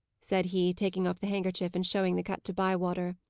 said he, taking off the handkerchief and showing the cut to bywater.